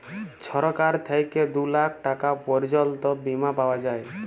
ছরকার থ্যাইকে দু লাখ টাকা পর্যল্ত বীমা পাউয়া যায়